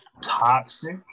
toxic